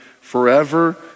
forever